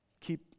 keep